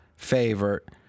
favorite